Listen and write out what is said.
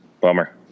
Bummer